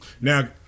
Now